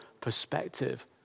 perspective